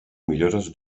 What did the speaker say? millores